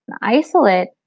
isolate